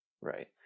Right